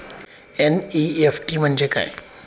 NEFT म्हणजे काय?